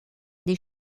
des